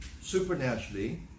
supernaturally